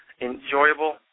enjoyable